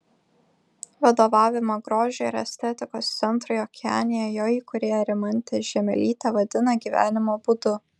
vadovavimą grožio ir estetikos centrui okeanija jo įkūrėja rimantė žiemelytė vadina gyvenimo būdu